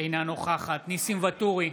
אינה נוכחת ניסים ואטורי,